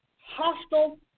hostile